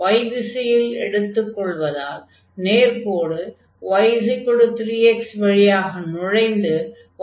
y திசையில் எடுத்துக் கொள்வதால் நேர்க்கோடு y3x வழியாக நுழைந்து y 4 x2 வழியாக வெளியேறும்